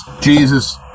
Jesus